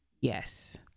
Yes